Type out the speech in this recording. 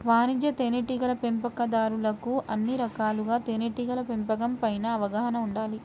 వాణిజ్య తేనెటీగల పెంపకందారులకు అన్ని రకాలుగా తేనెటీగల పెంపకం పైన అవగాహన ఉండాలి